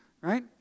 right